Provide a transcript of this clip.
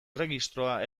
erregistroa